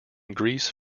greece